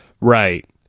Right